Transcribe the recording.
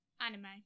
Anime